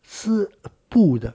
是布的